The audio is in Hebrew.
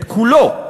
את כולו,